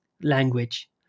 language